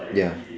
ya